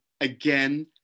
again